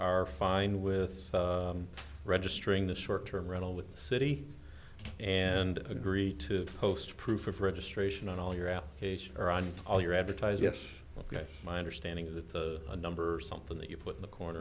are fine with registering the short term rental with the city and agree to post proof of registration on all your application or on all your advertise yes ok my understanding of the numbers something that you put in the corner